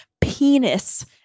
penis